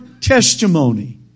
testimony